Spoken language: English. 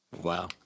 Wow